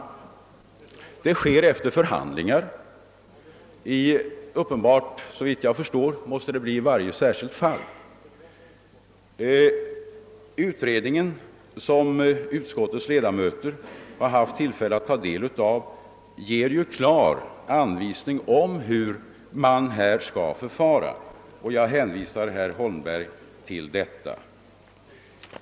Detta sker efter förhandlingar och såvitt jag förstår måste sådana tas upp i varje särskilt fall. Utredningen, som utskottsledamöterna har haft tillfälle ta del av, anvisar ju klart hur det skall förfaras härvidlag, och jag hänvisar därför herr Holmberg till den.